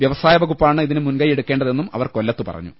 വൃവസായ വകുപ്പാണ് ഇതിന് മുൻകൈ എടുക്കേണ്ടതെന്നും അവർ കൊല്ലത്ത് പറ ഞ്ഞു